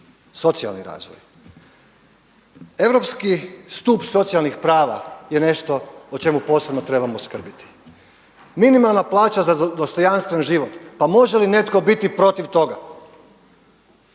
socijalni razvoj. Europski stup socijalnih prava je nešto o čemu posebno trebamo skrbiti. Minimalna plaća za dostojanstven život, pa može li netko biti protiv toga?